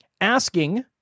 Asking